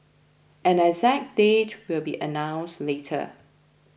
an exact date will be announced later